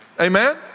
amen